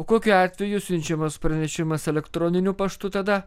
o kokiu atveju siunčiamas pranešimas elektroniniu paštu tada